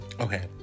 Okay